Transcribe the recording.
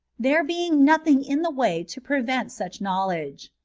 there being nothing in the way to prevent such knowledge.